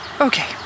Okay